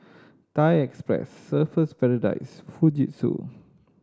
Thai Express Surfer's Paradise Fujitsu